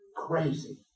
Crazy